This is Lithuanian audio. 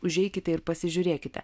užeikite ir pasižiūrėkite